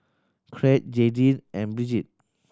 Crete Jaydin and Brigid